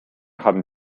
haben